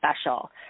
special